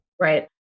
Right